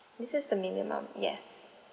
this is the minimum yes